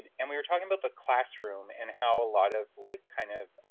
and and we were talking about the classroom and how a lot of like kind of